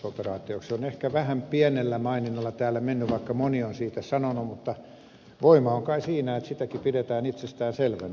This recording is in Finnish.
se on ehkä vähän pienellä maininnalla täällä mennyt vaikka moni on siitä sanonut mutta voima on kai siinäkin että sitä pidetään itsestäänselvänä